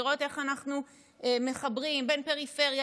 לראות איך אנחנו מחברים בין פריפריה